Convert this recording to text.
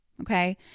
Okay